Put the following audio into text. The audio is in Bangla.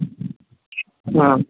হ্যাঁ